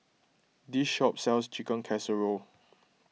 this shop sells Chicken Casserole